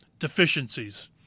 deficiencies